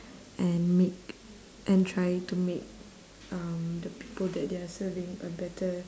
and make and try to make um the people that they are serving a better